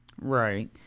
Right